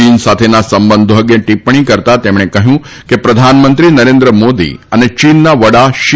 ચીન સાથેના સંબંધો અંગે ટિપ્પણી કરતા તેમણે કહ્યું કે પ્રધાનમંત્રી નરેન્દ્ર મોદી અને ચીનના વડા શી